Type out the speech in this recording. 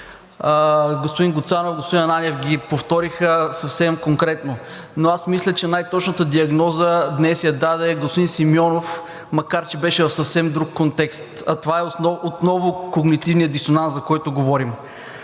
господин Гуцанов, господин Ананиев ги повториха съвсем конкретно, но аз мисля, че най-точната диагноза днес я даде господин Симеонов, макар че беше в съвсем друг контекст, а това е отново когнитивният дисонанс, за който говорим.